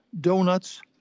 donuts